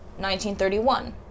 1931